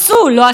וחוק הלאום.